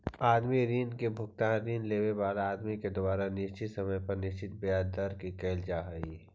आदमी ऋण के भुगतान ऋण लेवे वाला आदमी के द्वारा निश्चित समय पर निश्चित ब्याज दर से कईल जा हई